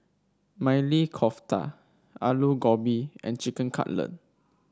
Maili Kofta Alu Gobi and Chicken Cutlet